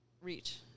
reach